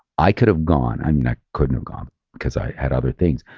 i could've gone, i mean i couldn't have gone because i had other things.